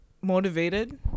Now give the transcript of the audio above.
motivated